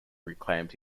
reclaimed